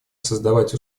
создавать